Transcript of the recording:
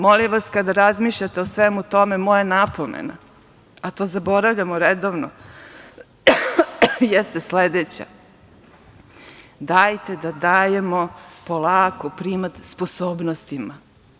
Molim vas, kada razmišljate o svemu tome, moja napomena, a to zaboravljamo redovno, jeste sledeća, dajte da dajemo polako primat sposobnostima.